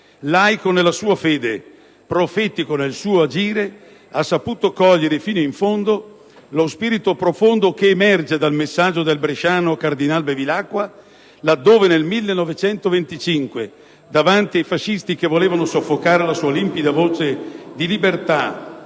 laico nella sua fede, profetico nel suo agire, ha saputo cogliere fino in fondo lo spirito profondo che emerge dal messaggio del bresciano Cardinal Bevilacqua, laddove nel 1925 davanti ai fascisti che volevano soffocare la sua limpida voce di libertà